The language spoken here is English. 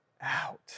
out